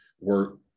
work